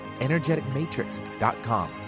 energeticmatrix.com